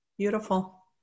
Beautiful